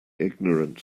ignorant